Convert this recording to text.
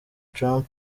trump